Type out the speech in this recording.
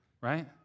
right